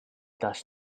does